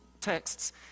texts